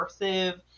immersive